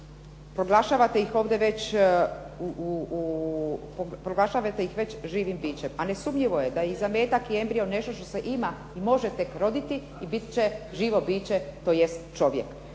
Proglašavate ih ovdje već živim bićem, a nesumnjivo je da i zametak i embrio nešto što se ima i može tek roditi i biti će živo biće tj. čovjek.